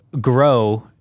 grow